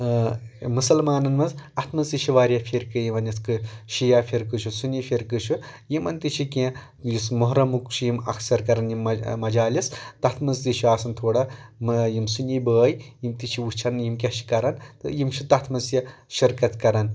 مُسلمانَن منٛز اَتھ منٛز تہِ چھ واریاہ فِرقہٕ یِوان یِتھ کٔنۍ شِیا فِرقہٕ چھ سُنی فِرقہٕ چھُ یِمن تہِ چھِ کینٛہہ یُس محرَمُک چھ یِم اکثر کَران یِم مجالِس تَتھ منٛز تہِ چھ آسان تھوڑا یِم سُنی بٲے یِم تہِ چھِ وٕچھان یِم کیاہ چھِ کَران تہٕ یِم چھِ تَتھ منٛز تہِ شِرکت کَران